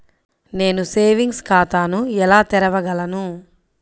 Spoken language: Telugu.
నేను సేవింగ్స్ ఖాతాను ఎలా తెరవగలను?